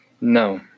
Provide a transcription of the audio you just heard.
No